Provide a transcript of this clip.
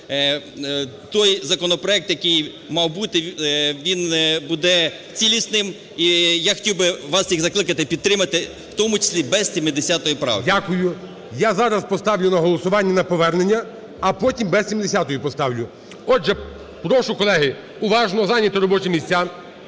той законопроект, який мав бути, він буде цілісним і я хотів би вас всіх закликати підтримати, в тому числі без 70 правки. ГОЛОВУЮЧИЙ. Дякую. Я зараз поставлю на голосування на повернення, а потім без 70-ї поставлю. Отже, прошу, колеги, уважно, зайняти робочі місця.